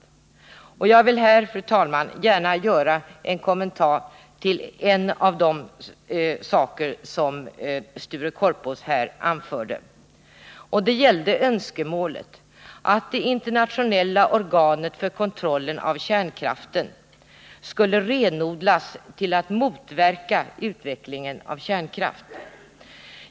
Jag vill, fru talman, i det här sammanhanget gärna göra en kommentar till en av de frågor som Sture Korpås var inne på. Det gällde önskemålet att det internationella organet för kontroll av kärnkraften skulle renodlas till att motverka utvecklingen av kärnkraft.